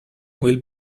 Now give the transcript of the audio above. will